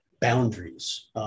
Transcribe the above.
boundaries